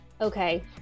Okay